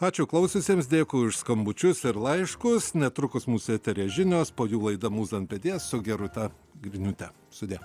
ačiū klausiusiems dėkui už skambučius ir laiškus netrukus mūsų eteryje žinios po jų laida muza ant peties su gerūta griniūte sudie